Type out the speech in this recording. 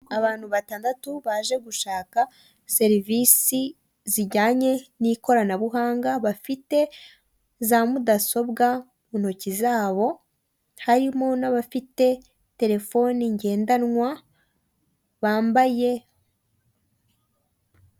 Abantu batandatu baje gushaka serivisi zijyanye n'ikoranabuhanga, bafite za mudasobwa mu ntoki zabo harimo n'abafite telefoni ngendanwa, bambaye.